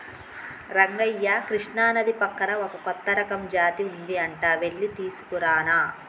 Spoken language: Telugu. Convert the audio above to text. రంగయ్య కృష్ణానది పక్కన ఒక కొత్త రకం జాతి ఉంది అంట వెళ్లి తీసుకురానా